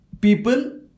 people